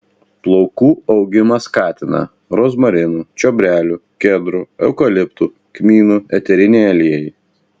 plaukų augimą skatina rozmarinų čiobrelių kedrų eukaliptų kmynų eteriniai aliejai